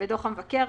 ודוח המבקר,